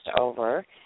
over